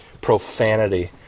Profanity